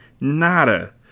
nada